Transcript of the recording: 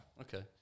okay